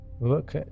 look